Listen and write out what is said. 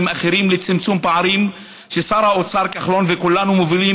אחרים לצמצום פערים ששר האוצר כחלון וכולנו מובילים,